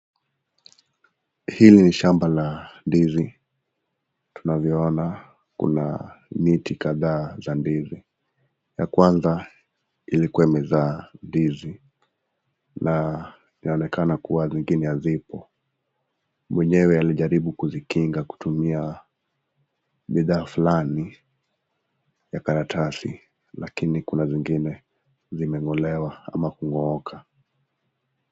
Hili ni shamba la ndizi. Tunavyoona kuna miti kadhaa za ndizi. Ya kwanza ilikuwa imezaa ndizi. Na inaonekana kuwa zingine hazipo. Mwenyewe alijaribu kuzikinga kutumia bidhaa fulani ya karatasi lakini kuna zingine zimeng'olewa ama kung'oka.